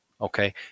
Okay